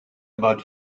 about